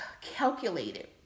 calculated